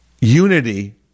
unity